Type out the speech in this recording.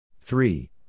Three